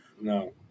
No